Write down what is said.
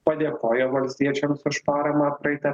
padėkojo valstiečiams už paramą praeitą